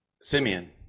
Simeon